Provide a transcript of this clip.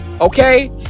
okay